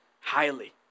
highly